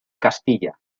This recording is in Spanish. castilla